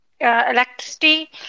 electricity